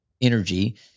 energy